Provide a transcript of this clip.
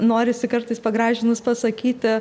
norisi kartais pagražinus pasakyti